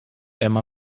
emma